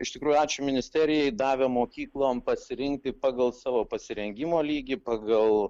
iš tikrųjų ačiū ministerijai davė mokyklom pasirinkti pagal savo pasirengimo lygį pagal